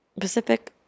Pacific